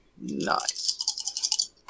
Nice